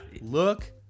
look